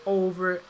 over